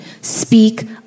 Speak